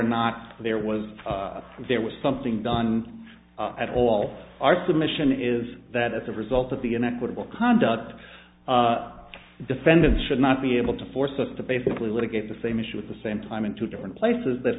not there was there was something done at all our submission is that as a result of the inequitable conduct defendant should not be able to force us to basically litigate the same issue at the same time in two different places that